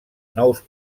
nous